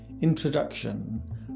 introduction